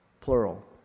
plural